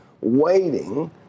waiting